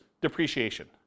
depreciation